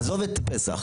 עזוב את פסח.